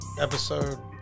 episode